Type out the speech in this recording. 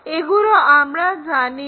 এগুলো আমরা জানি না